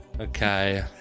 Okay